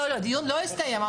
הדיון לא הסתיים,